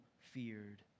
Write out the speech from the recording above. feared